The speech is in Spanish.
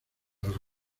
los